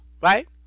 right